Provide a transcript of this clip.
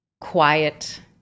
quiet